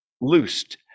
loosed